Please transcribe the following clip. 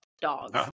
dogs